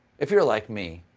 if you're like me,